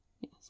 Yes